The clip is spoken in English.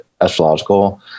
astrological